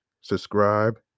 subscribe